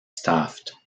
staffed